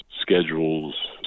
schedules